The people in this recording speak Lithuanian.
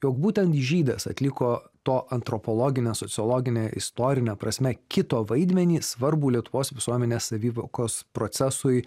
jog būtent žydas atliko to antropologinio sociologine istorine prasme kito vaidmenį svarbų lietuvos visuomenės savivokos procesui